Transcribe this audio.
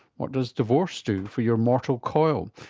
what does divorce do for your mortal coil?